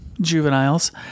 juveniles